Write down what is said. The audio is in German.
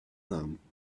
namen